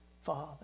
Father